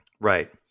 Right